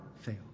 fail